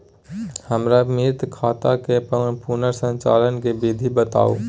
हमर मृत खाता के पुनर संचालन के विधी बताउ?